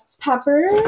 pepper